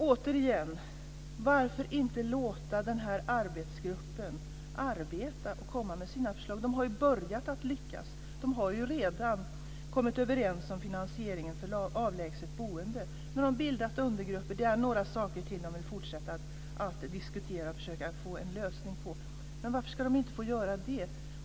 Återigen: Varför inte låta den här arbetsgruppen arbeta och komma med sina förslag? De har ju börjat att lyckas. De har ju redan kommit överens om finansieringen för avlägset boende, och nu har de bildat undergrupper. Det är några saker till som de vill fortsätta att diskutera och försöka att få en lösning på. Varför ska de inte få göra det?